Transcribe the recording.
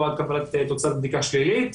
או עד קבלת תוצאת בדיקה שלילית,